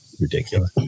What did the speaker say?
ridiculous